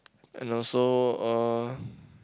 and also uh